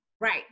Right